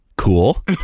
cool